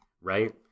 right